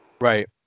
right